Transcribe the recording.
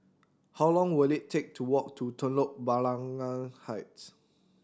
how long will it take to walk to Telok Blangah Heights